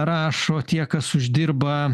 rašo tie kas uždirba